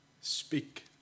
Speak